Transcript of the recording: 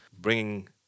bringing